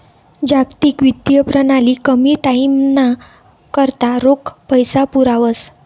जागतिक वित्तीय प्रणाली कमी टाईमना करता रोख पैसा पुरावस